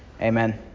Amen